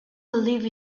believe